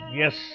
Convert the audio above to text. yes